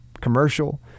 commercial